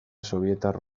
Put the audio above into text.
sobietar